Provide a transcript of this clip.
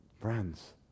Friends